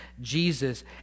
Jesus